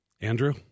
Andrew